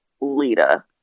Lita